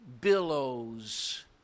billows